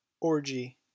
Orgy